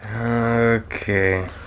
okay